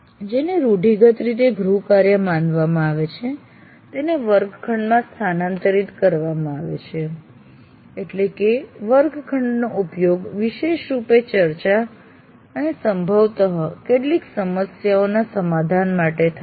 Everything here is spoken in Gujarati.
જેને રૂઢિગત રીતે ગૃહકાર્ય માનવામાં આવે છે તેને વર્ગખંડમાં સ્થાનાંતરિત કરવામાં આવે છે એટલે કે વર્ગખંડનો ઉપયોગ વિશેષ રૂપે ચર્ચા અને સંભવતઃ કેટલીક સમસ્યાઓના સમાધાન માટે થાય છે